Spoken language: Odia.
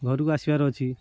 ଘରକୁ ଆସିବାର ଅଛି